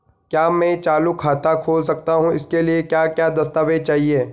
क्या मैं चालू खाता खोल सकता हूँ इसके लिए क्या क्या दस्तावेज़ चाहिए?